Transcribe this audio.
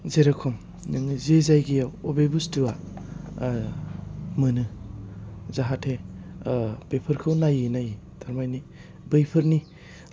जेरिखम नोङो जे जायगायाव अबे बस्थुया ओह मोनो जाहाथे ओह बेफोरखौ नायै नायै थारमानि बेफोरनि